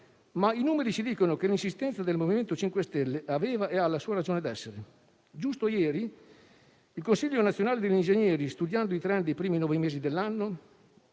ma i numeri ci dicono che l'insistenza del MoVimento 5 Stelle aveva e ha la sua ragione d'essere. Giusto ieri, il Consiglio nazionale degli ingegneri, studiando i *trend* dei primi nove mesi dell'anno,